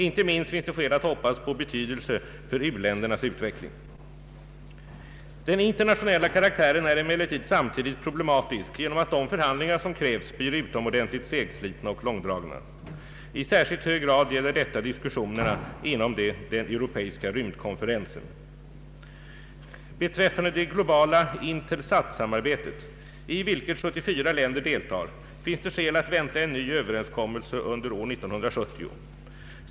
Inte minst finns det skäl att hoppas på betydelse för u-ländernas utveckling. Den internationella karaktären är emellertid samtidigt problematisk genom att de förhandlingar som krävs blir utomordentligt segslitna och långdragna. I särskilt hög grad gäller detta diskussionerna inom den europeiska rymdkonferensen. Beträffande det globala INTELSAT samarbetet, i vilket 74 länder deltar, finns det skäl att vänta en ny överenskommelse under år 1970.